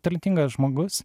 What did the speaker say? talentingas žmogus